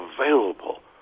available